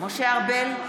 משה ארבל,